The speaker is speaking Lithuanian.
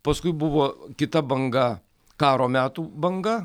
paskui buvo kita banga karo metų banga